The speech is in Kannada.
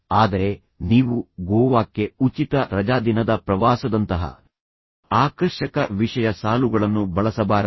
ಆದರೆ ನೀವು ಗೋವಾಕ್ಕೆ ಉಚಿತ ರಜಾದಿನದ ಪ್ರವಾಸದಂತಹ ಆಕರ್ಷಕ ವಿಷಯ ಸಾಲುಗಳನ್ನು ಬಳಸಬಾರದು